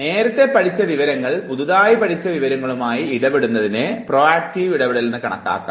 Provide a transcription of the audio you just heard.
നേരത്തേ പഠിച്ച വിവരങ്ങൾ പുതിയതായി പഠിച്ച വിവരങ്ങളുമായി ഇടപെടുന്നതിനെ പ്രോക്റ്റീവ് ഇടപെടലെന്നു കണക്കാക്കാം